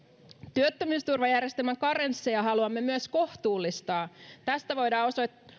työttömyysturvajärjestelmän karensseja haluamme kohtuullistaa tästä voidaan